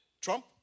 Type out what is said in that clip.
Trump